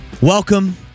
Welcome